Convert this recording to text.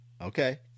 Okay